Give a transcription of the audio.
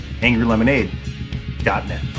angrylemonade.net